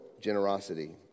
generosity